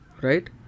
Right